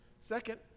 Second